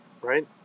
right